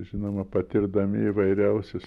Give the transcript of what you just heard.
žinoma patirdami įvairiausius